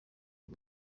w’u